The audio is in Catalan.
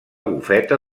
bufeta